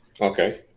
Okay